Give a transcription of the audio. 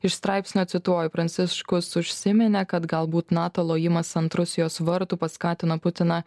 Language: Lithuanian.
iš straipsnio cituoju pranciškus užsiminė kad galbūt nato lojimas ant rusijos vartų paskatino putiną